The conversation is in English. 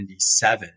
1977